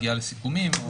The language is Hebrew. לסיכומים.